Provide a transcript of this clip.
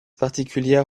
particulière